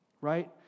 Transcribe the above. Right